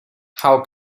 how